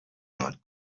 not